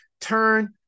turn